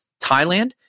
Thailand